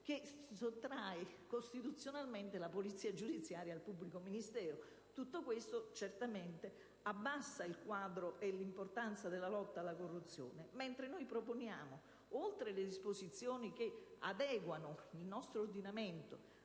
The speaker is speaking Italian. che sottrae costituzionalmente la polizia giudiziaria al pubblico ministero. Tutto ciò abbassa certamente il quadro e l'importanza della lotta alla corruzione, mentre il PD propone, oltre alle disposizioni che adeguano il nostro ordinamento